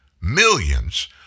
millions